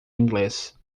inglês